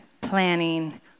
planning